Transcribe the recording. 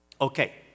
Okay